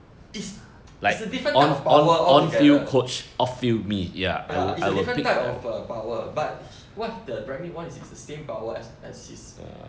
is is a different type of power all together ya it's a different type of uh power but h~ what the rangnick want is the same power as as his